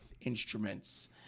instruments